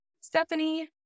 Stephanie